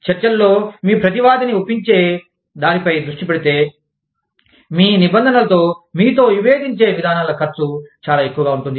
చర్చలలో మీ ప్రతివాదిని ఒప్పించే దానిపై దృష్టి పెడితే మీ నిబంధనలతో మీతో విభేదించే విధానాల ఖర్చు చాలా ఎక్కువగా ఉంటుంది